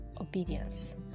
obedience